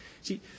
See